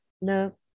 no